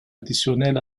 additionnel